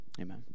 amen